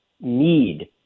need